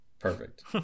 perfect